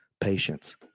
patience